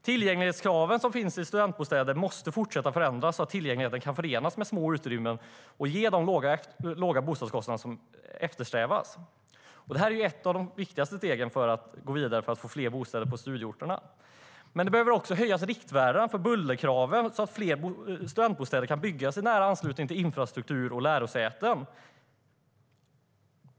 Tillgänglighetskraven för studentbostäder måste fortsätta att ändras så att tillgänglighet kan förenas med små utrymmen och ge de låga boendekostnader som eftersträvas. Detta är ett av de viktigaste stegen för att gå vidare och få fram fler bostäder på studieorterna. Riktvärdena för buller behöver också höjas så att fler studentbostäder kan byggas i nära anslutning till infrastruktur och lärosäten.